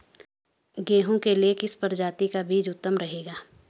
गेहूँ के लिए किस प्रजाति का बीज उत्तम रहेगा?